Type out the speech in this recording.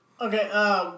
Okay